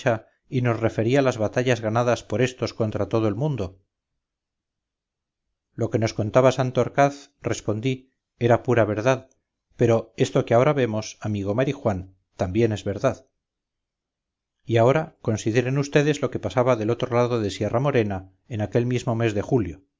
y nos refería las batallas ganadas por estos contra todo el mundo lo que nos contaba santorcaz respondí era pura verdad pero esto que ahora vemos amigo marijuán también es verdad y ahora consideren vds lo que pasaba del otro lado de sierra-morena en aquel mismo mes de julio